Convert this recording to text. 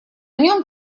нём